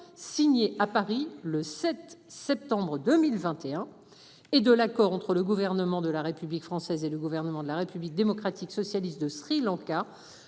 signé à Paris le 7 septembre 2021 et de l'accord entre le gouvernement de la République française et le gouvernement de la République démocratique socialiste de Sri Lanka